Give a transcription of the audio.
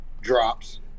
drops